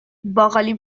باقالی